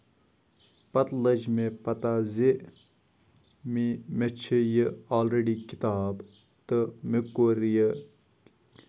پَتہٕ لٔجۍ مےٚ پَتہ زِ مے مےٚ چھِ یہِ آلریڈی کِتاب تہٕ مےٚ کوٚر یہِ